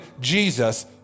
Jesus